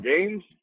games